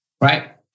Right